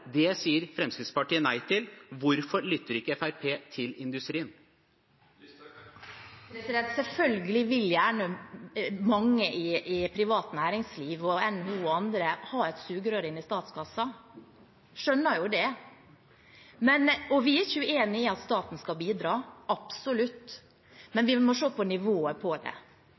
Det sier Fremskrittspartiet nei til. Hvorfor lytter ikke Fremskrittspartiet til industrien? Selvfølgelig vil gjerne mange i privat næringsliv, NHO og andre ha et sugerør inn i statskassen. Vi skjønner jo det. Vi er ikke uenig i at staten skal bidra – absolutt – men vi må se på nivået på det.